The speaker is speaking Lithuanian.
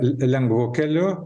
lengvu keliu